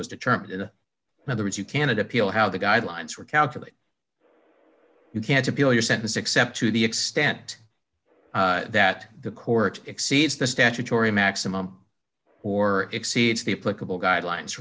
was determined in other words you can it appeal how the guidelines were calculated you can't appeal your sentence except to the extent that the court exceeds the statutory maximum or exceeds the political guidelines